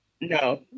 No